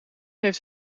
heeft